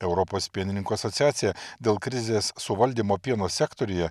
europos pienininkų asociacija dėl krizės suvaldymo pieno sektoriuje